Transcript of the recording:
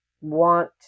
want